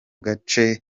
gace